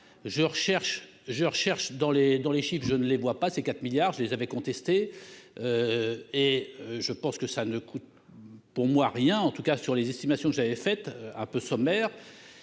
je recherche dans les dans les chips, je ne les vois pas ces 4 milliards, je les avais contestée et je pense que ça ne coûte pour moi rien en tout cas sur les estimations que j'avais fait un peu sommaire,